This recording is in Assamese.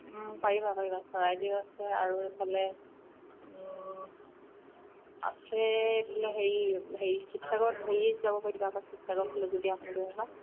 পাৰিবা পাৰিবা চৰাইদেউ আছে আৰু এইফালে আছে হেৰি হেৰি শিৱসাগৰ হেৰি যাব পাৰিবা আকৌ শিৱসাগৰ ফাল যদি